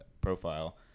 profile